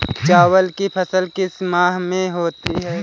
चावल की फसल किस माह में होती है?